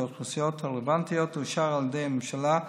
האוכלוסיות הרלוונטיות אושר על ידי הממשלה,